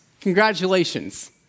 Congratulations